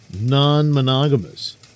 non-monogamous